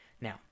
now